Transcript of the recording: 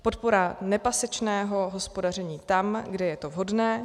Podpora nepasečného hospodaření tam, kde je to vhodné.